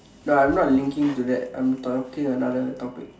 no I'm not linking to that I'm talking another topic